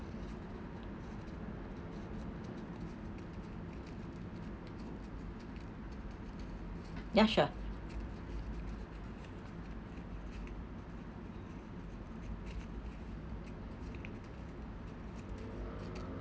ya sure